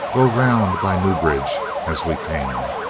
go round by newbridge as we came.